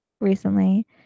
recently